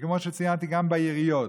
וכמו שציינתי, גם בעיריות.